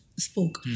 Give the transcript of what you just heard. spoke